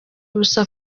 ubusa